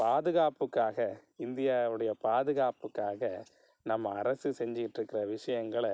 பாதுகாப்புக்காக இந்தியாவுடைய பாதுகாப்புக்காக நம்ம அரசு செஞ்சுக்கிட்ருக்குற விஷயங்கள